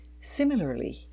Similarly